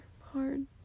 hard